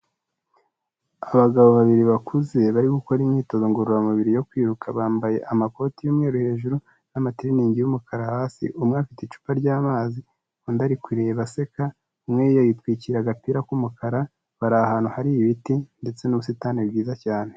Abagabo babiri bakuze bari gukora imyitozo ngororamubiri yo kwiruka, bambaye amakoti y'umweru hejuru n'amatiriningi y'umukara hasi. Umwe afite icupa ry'amazi undi ari kureba aseka, umwe yitwikira agapira k'umukara. Bari ahantu hari ibiti ndetse n'ubusitani bwiza cyane.